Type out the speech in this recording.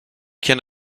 can